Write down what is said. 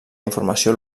informació